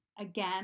Again